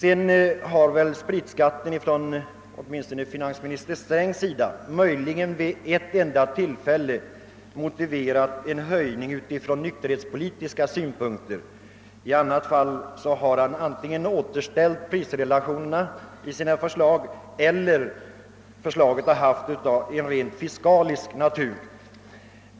En höjning av spritskatten har möjligen vid ett enda tillfälle från finansminister Strängs sida motiverats från nykterhetspolitiska synpunkter. I andra fall har finansministern i sina förslag antingen velat återställa prisrelationerna eller höja skatten av rent fiskaliska skäl.